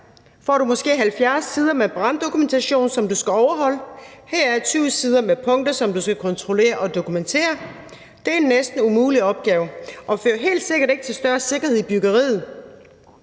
får du måske 70 sider med branddokumentation, som du skal overholde, heraf 20 sider med punkter, som du skal kontrollere og dokumentere. Det er en næsten umulig opgave, og det fører helt sikkert ikke til større sikkerhed i byggeriet.